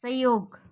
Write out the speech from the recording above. सहयोग